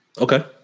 Okay